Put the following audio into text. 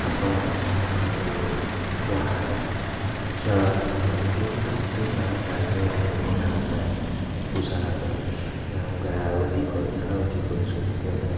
থাপনাত বহাই পূজা আৰম্ভ কৰে সেই সময়ত গোটেই গাঁৱৰ ৰাইজে একেলগে নাম গাই পূজাৰ আগত নাম গাই আৰতি কৰে আৰতি কৰি চবকে